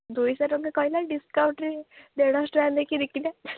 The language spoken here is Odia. ଦୁଇଶହ ଟଙ୍କା କହିଲା ଡିସ୍କାଉଣ୍ଟରେ ଦେଢ଼ଶହ ଟଙ୍କା ଦେଇକି ଦୁଇ କିଲୋ